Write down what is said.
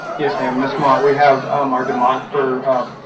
yes ma'am miss mott we have our demographer of